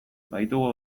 baditugu